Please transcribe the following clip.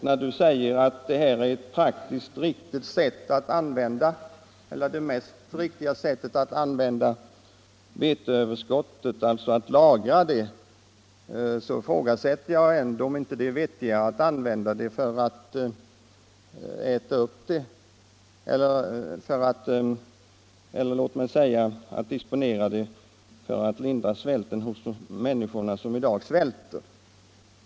När herr Wictorsson säger att det mest riktiga sättet att använda veteöverskottet är att lagra det ifrågasätter jag om det inte vore vettigare att disponera det för att lindra nöden för de människor som i dag svälter.